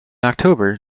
october